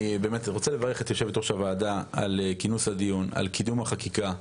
אני רוצה לברך את יושבת ראש הוועדה על כינוס הדיון ועל קידום החקיקה.